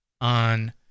on